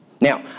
Now